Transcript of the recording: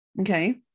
Okay